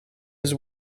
his